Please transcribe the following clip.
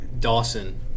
Dawson